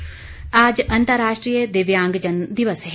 दिव्यांगजन दिवस आज अंतर्राष्ट्रीय दिव्यांगजन दिवस है